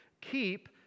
keep